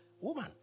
woman